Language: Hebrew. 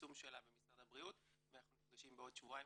היישום שלה במשרד הבריאות ואנחנו נפגשים בעוד שבועיים